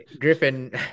Griffin